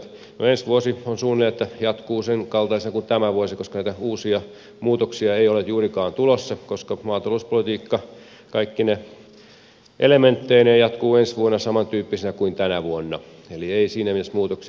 no ensi vuosi suunnilleen jatkuu sen kaltaisena kuin tämä vuosi koska näitä uusia muutoksia ei ole juurikaan tulossa koska maatalouspolitiikka kaikkine elementteineen jatkuu ensi vuonna samantyyppisenä kuin tänä vuonna eli ei siinä mielessä muutoksia